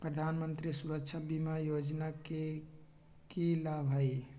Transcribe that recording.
प्रधानमंत्री सुरक्षा बीमा योजना के की लाभ हई?